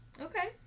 Okay